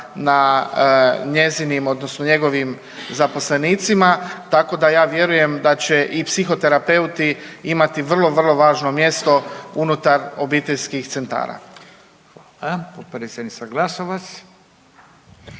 na njezinim odnosno njegovim zaposlenicima tako da ja vjerujem da će i psihoterapeuti imati vrlo vrlo važno mjesto unutar obiteljskih centara. **Radin, Furio (Nezavisni)** Hvala.